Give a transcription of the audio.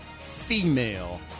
female